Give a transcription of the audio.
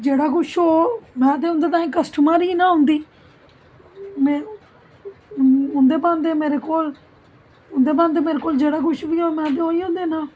जेहड़ा कुछ ओह् में ते उंदे ताई कस्टूमर ही ना ओह् उंदी में उंदे पांदे में मेरे कोल उंदे भांदे मोरे कोल जेहडा कुछ बी ऐ में ते ओइयो देना